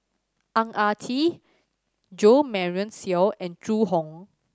Ang Ah Tee Jo Marion Seow and Zhu Hong